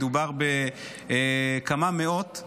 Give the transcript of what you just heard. מדובר בכמה מאות,